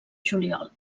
juliol